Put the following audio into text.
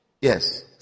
Yes